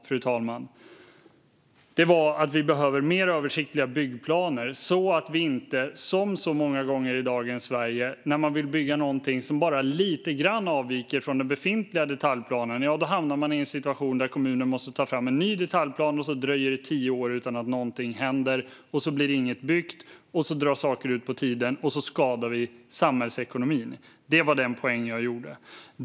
Det jag sa var att vi behöver mer översiktliga byggplaner så att man inte, som så många gånger i dagens Sverige, när man vill bygga något som bara avviker lite grann från befintlig detaljplan hamnar i en situation där kommunen måste ta fram en ny detaljplan, och så dröjer det tio år utan att något händer. Inget blir byggt, allt drar ut på tiden och samhällsekonomin skadas. Det var min poäng.